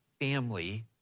family